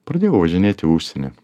pradėjau važinėt į užsienį